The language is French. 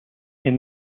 est